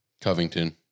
Covington